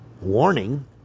Warning